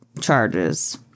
charges